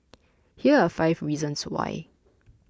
here are five reasons why